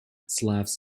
slavs